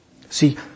See